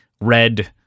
red